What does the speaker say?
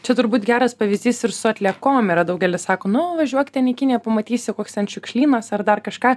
čia turbūt geras pavyzdys ir su atliekom yra daugelis sako nu važiuok ten į kiniją pamatysi koks ten šiukšlynas ar dar kažką